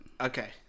Okay